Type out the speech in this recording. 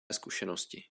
zkušenosti